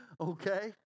Okay